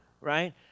right